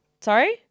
sorry